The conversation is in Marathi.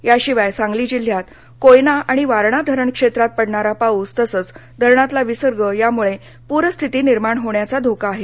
या शिवाय सांगली जिल्ह्यात कोयना आणि वारणा धरण क्षेत्रातपडणारा पाऊस तसंच धरणातला विसर्ग यामुळे पूरस्थिती निर्माण होण्याचा धोका आहे